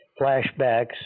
flashbacks